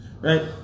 Right